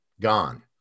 Gone